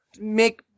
make